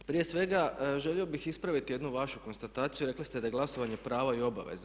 Prije svega želio bih ispraviti jednu vašu konstataciju, rekli ste da je glasovanje prava i obaveza.